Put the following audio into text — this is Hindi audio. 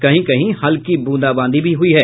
कहीं कहीं हल्की ब्रंदाबांदी भी हुई है